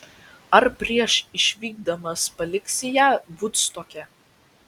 ar prieš išvykdamas paliksi ją vudstoke